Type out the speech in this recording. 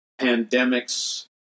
pandemics